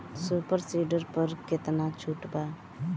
Super seeder पर केतना छूट बा?